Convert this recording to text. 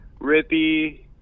Rippy